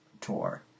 tour